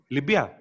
Libya